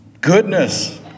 goodness